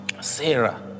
Sarah